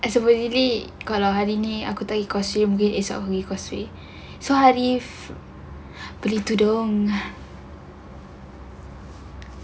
I supposingly kalau hari ini aku tak pergi costume made instead of pergi causeway beli tudung